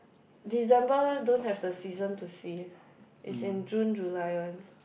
December don't have the season to see is in June July one